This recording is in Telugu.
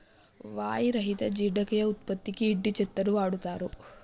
వాయి రహిత జీర్ణక్రియ ఉత్పత్తికి ఇంటి చెత్తను వాడుతారు